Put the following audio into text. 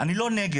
אני לא נגד,